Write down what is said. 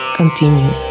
continue